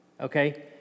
Okay